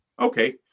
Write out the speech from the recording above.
okay